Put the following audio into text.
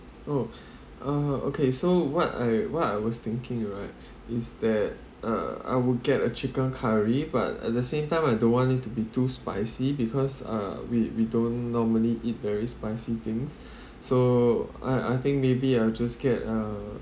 oh uh okay so what I what I was thinking right is that uh I will get a chicken curry but at the same time I don't want it to be too spicy because uh we we don't normally eat very spicy things so I I think maybe I'll just get a